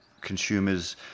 consumers